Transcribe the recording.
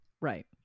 right